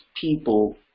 people